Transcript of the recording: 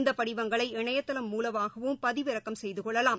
இந்தப் படிவங்களை இணையதளம் மூலமாகவும் பதிவிறக்கம் செய்தகொள்ளலாம்